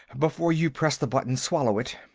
before you press the button, swallow it.